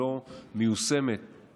רק היא לא מיושמת במלואה.